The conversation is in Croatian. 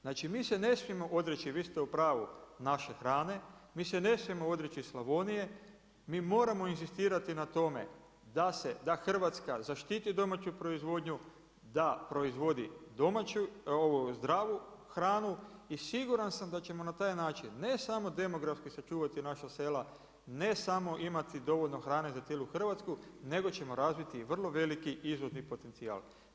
Znači mi se ne smijemo odreći, vi ste u pravu naše hrane, mi se ne smijemo odreći Slavonije, mi moramo inzistirati na tome da Hrvatska zaštiti domaću proizvodnju, da proizvodi zdravu hranu i siguran sam da ćemo na taj način, ne samo demografski sačuvati naša sela, ne samo imati dovoljno hrane za cijelu Hrvatsku nego ćemo razviti i vrlo veliki izvozni potencijal.